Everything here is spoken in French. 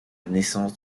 naissance